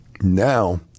Now